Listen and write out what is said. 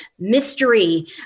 mystery